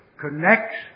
connects